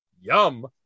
yum